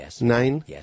nine